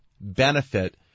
benefit